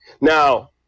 Now